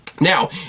now